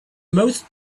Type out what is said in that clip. most